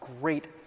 great